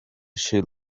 she